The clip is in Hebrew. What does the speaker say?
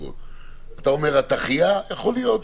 אתה אומר רתכיה יכול להיות,